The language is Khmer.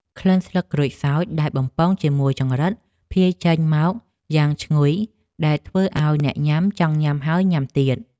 ក្លិនស្លឹកក្រូចសើចដែលបំពងជាមួយចង្រិតភាយចេញមកយ៉ាងឈ្ងុយដែលធ្វើឱ្យអ្នកញ៉ាំចង់ញ៉ាំហើយញ៉ាំទៀត។